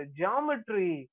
geometry